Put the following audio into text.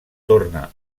torna